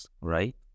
right